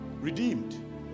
redeemed